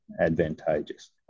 advantageous